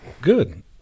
good